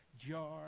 jar